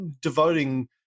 devoting